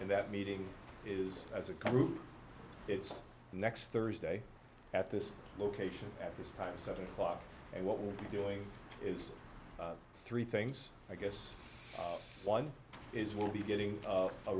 and that meeting is as a crew it's next thursday at this location at this time seven o'clock and what we're doing is three things i guess one is we'll be getting a